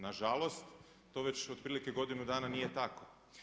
Nažalost to već otprilike godinu dana nije tako.